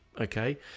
Okay